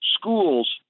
schools